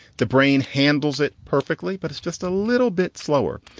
the brain handles it perfectly. but it's just a little bit slower.